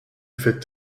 fait